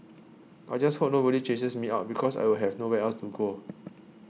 I just hope nobody chases me out because I will have nowhere else to go